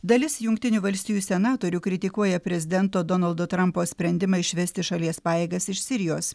dalis jungtinių valstijų senatorių kritikuoja prezidento donaldo trampo sprendimą išvesti šalies pajėgas iš sirijos